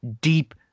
deep